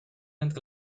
entre